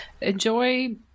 enjoy